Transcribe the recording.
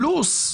פשיטא,